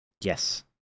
Yes